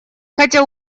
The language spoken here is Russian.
хотя